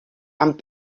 amb